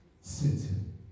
sitting